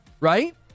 Right